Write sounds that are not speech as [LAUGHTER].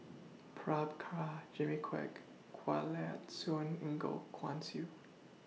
[UNINTELLIGIBLE] Jimmy Quek Kanwaljit Soin Goh Guan Siew